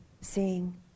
seeing